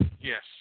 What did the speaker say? Yes